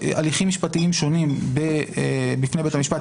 בהליכים משפטיים שונים בפני בית המשפט.